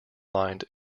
lined